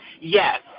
Yes